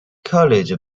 college